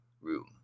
Room